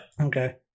okay